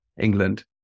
England